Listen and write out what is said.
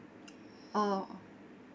orh